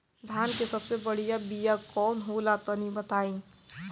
धान के सबसे बढ़िया बिया कौन हो ला तनि बाताई?